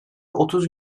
otuz